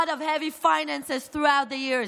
heavy finances throughout the years,